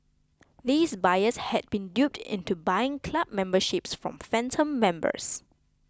these buyers had been duped into buying club memberships from phantom members